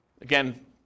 Again